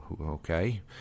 Okay